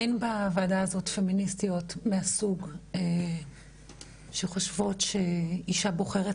אין בוועדה הזאת פמיניסטיות מהסוג שחושבות שאישה בוחרת